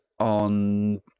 on